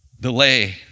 Delay